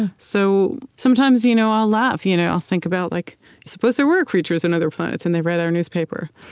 ah so sometimes you know i'll laugh you know i'll think about, like suppose there were creatures in and other planets, and they read our newspaper,